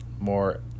more